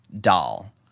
doll